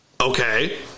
Okay